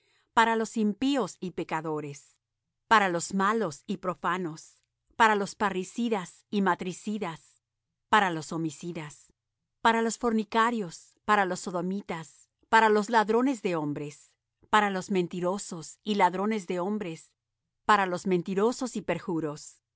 para los impíos y pecadores para los malos y profanos para los parricidas y matricidas para los homicidas para los fornicarios para los sodomitas para los ladrones de hombres para los mentirosos y ladrones de hombres para los mentirosos y